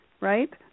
Right